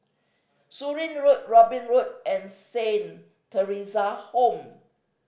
Surin Road Robin Road and Saint Theresa Home